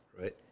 right